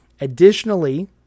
additionally